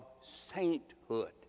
sainthood